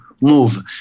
move